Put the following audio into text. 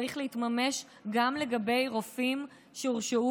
צריך להתממש גם לגבי רופאים שהורשעו